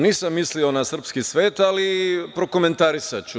Nisam mislio na srpski svet, ali prokomentarisaću.